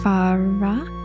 Farah